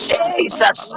Jesus